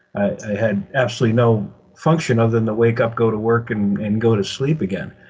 i had absolutely no function other than wake up, go to work, and and go to sleep again.